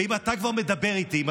ואם אתה כבר מדבר איתי,